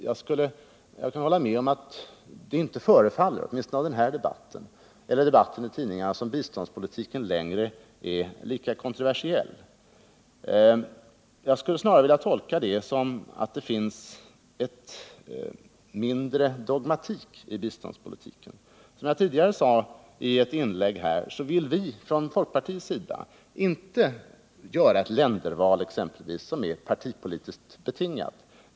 Jag kan hålla med om att det inte förefaller — åtminstone inte av den här debatten eller debatten i tidningarna — som om biståndspolitiken längre är lika kontroversiell. Men jag skulle snarare vilja tolka det så att det finns mindre dogmatism i biståndspolitiken. Som jag tidigare sade i ett inlägg här vill vi från folkpartiets sida exempelvis inte göra ett länderval som är partipolitiskt betingat.